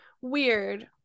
weird